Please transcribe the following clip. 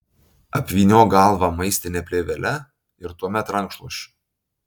apvyniok galvą maistine plėvele ir tuomet rankšluosčiu